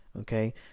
Okay